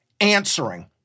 answering